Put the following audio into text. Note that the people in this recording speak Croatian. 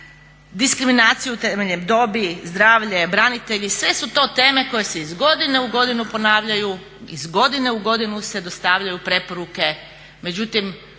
diskriminaciju temeljem dobi, zdravlje, branitelji sve su to teme koje se iz godine u godinu ponavljaju, iz godine u godinu se dostavljaju preporuke